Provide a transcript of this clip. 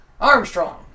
Armstrong